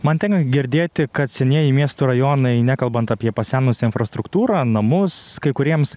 man tenka girdėti kad senieji miestų rajonai nekalbant apie pasenusią infrastruktūrą namus kai kuriems